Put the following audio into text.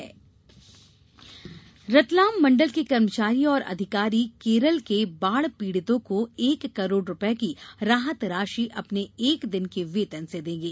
बाढ़ सहायता रतलाम मंडल के कर्मचारी और अधिकारी केरल के बाढ़ पीड़ितों को एक करोड़ रूपये की राहत राशि अपने एक दिन के वेतन से देंगे